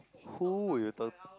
who will you turn